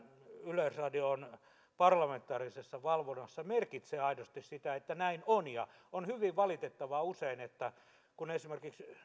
yleisradio on parlamentaarisessa valvonnassa merkitsee aidosti sitä että näin on on hyvin valitettavaa kun esimerkiksi